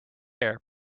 air